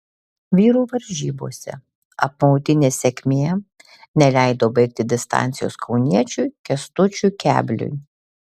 vyrų varžybose apmaudi nesėkmė neleido baigti distancijos kauniečiui kęstučiui kebliui